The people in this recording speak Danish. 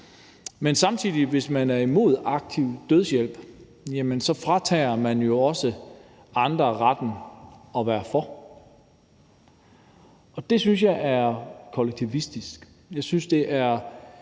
men hvis man er imod aktiv dødshjælp, fratager man jo samtidig også andre retten til at være for, og det synes jeg er kollektivistisk. Jeg synes, det er